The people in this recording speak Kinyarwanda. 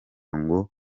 ngo